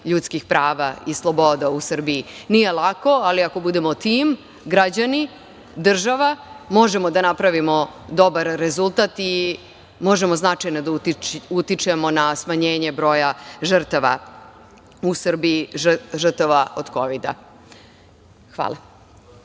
ljudskih prava i sloboda u Srbiji. Nije lako, ali ako budemo tim - građani, država, možemo da napravimo dobar rezultat i možemo značajno da utičemo na smanjenje broja žrtava od kovida u Srbiji. Hvala.